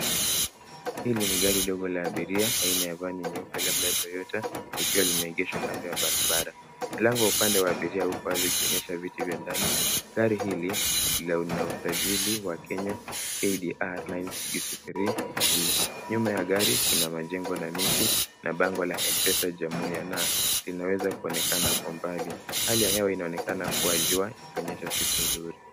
Hili ni gari ndogo la abiria, aina ya van nyeupe labda Toyota ikiwa limeegeshwa kando ya barabara. Mlango wa upande wa abiria uko wazi ukionyesha viti vya ndani. Gari hili lina usajili wa Kenya KDR 963V. Nyuma ya gari kuna majengo na miti na bango la M-Pesa inaweza kuonekana kwa mbali. Hali ya hewa inaonekana kuwa jua ikionyesha siku nzuri.